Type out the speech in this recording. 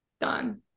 done